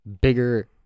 bigger